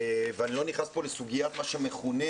ואני לא נכנס פה לסוגיית מה שמכונה,